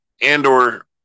Andor